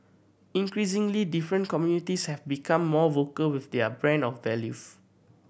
increasingly different communities have become more vocal with their brand of values